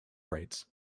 rates